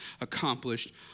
accomplished